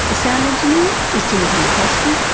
sound engineer is timothy nicastri.